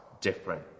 different